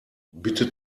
bitte